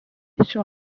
sur